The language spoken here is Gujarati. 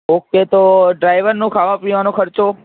ઓકે તો ડ્રાઈવરનો ખાવા પીવાનો ખર્ચો